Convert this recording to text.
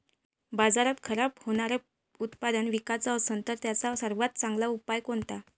बाजारात खराब होनारं उत्पादन विकाच असन तर त्याचा सर्वात चांगला उपाव कोनता?